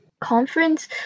conference